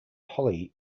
holly